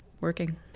working